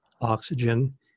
oxygen